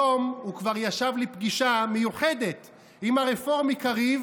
היום הוא כבר ישב לפגישה מיוחדת עם הרפורמי קריב